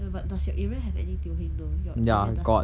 ya but does your area have any teo heng though your area does not